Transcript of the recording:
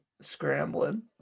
Scrambling